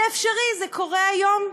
זה אפשרי, זה קורה כיום.